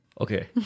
Okay